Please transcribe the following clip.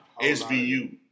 SVU